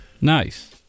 nice